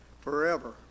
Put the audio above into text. forever